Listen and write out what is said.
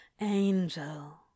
Angel